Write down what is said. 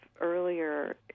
earlier